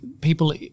people